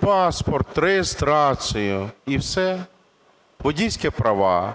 Паспорт, реєстрацію і все. Водійські права.